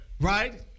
Right